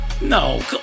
No